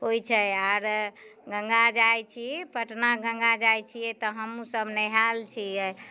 होइ छै आओर गङ्गा जाइ छी पटना गङ्गा जाइ छियै तऽ हमहुँ सभ नेहैल छियै